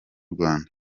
rwanda